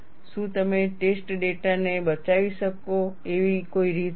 શું તમે test data ને બચાવી શકો એવી કોઈ રીત છે